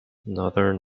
northern